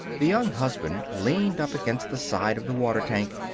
the young husband leaned up against the side of the water tank,